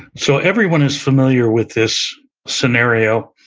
so everyone is familiar with this scenario.